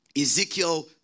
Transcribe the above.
Ezekiel